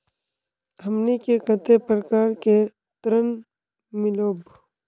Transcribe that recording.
हमनी के कते प्रकार के ऋण मीलोब?